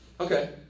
okay